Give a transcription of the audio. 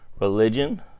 Religion